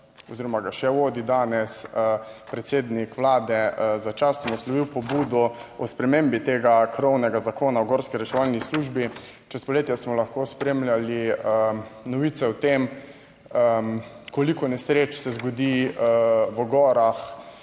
oziroma ga še vodi danes predsednik Vlade začasno, naslovil pobudo o spremembi tega krovnega Zakona o gorski reševalni službi. Čez poletje smo lahko spremljali novice o tem, koliko nesreč se zgodi v gorah,